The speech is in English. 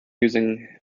using